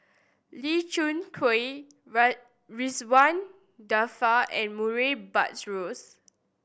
Lee Khoon Choy Ridzwan Dzafir and Murray Buttrose